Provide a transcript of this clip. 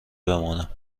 بمانم